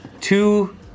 two